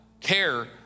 care